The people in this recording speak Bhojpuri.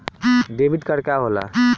डेबिट कार्ड का होला?